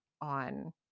on